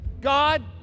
God